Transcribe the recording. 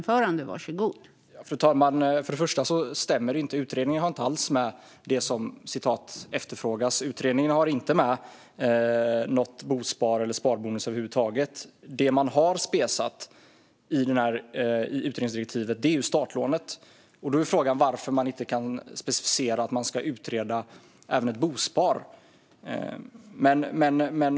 Fru talman! Först och främst stämmer det inte att utredningen har med det som "efterfrågas". Utredningen har inte med något bospar eller en sparbonus över huvud taget. Det man har specificerat i utredningsdirektivet är startlånet. Frågan är då varför man inte specificerar att även ett bospar ska utredas.